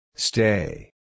Stay